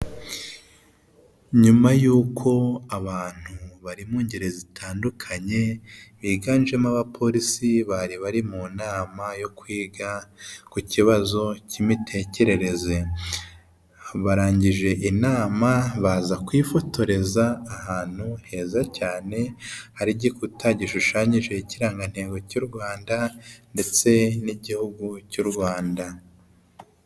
Nyuma y'uko abantu bari mu ngeri zitandukanye biganjemo abapolisi bari bari mu nama yo kwiga ku kibazo cy'imitekerereze, barangije inama baza kwifotoreza ahantu heza cyane hari igikuta gishushanyijeho ikirangantego cy'u Rwanda ndetse n'igihugu cy'u Rwanda.